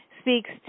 speaks